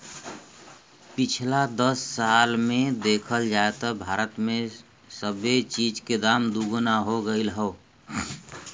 पिछला दस साल मे देखल जाए त भारत मे सबे चीज के दाम दुगना हो गएल हौ